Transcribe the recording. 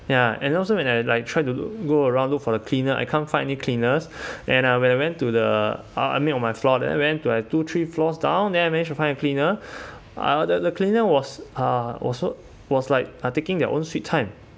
ya and also when I like try to go around look for the cleaner I can't find any cleaners and when I went to the uh I mean on my floor then I went to like two three floors down then I managed to find a cleaner uh the the cleaner was uh was so was like are taking their own sweet time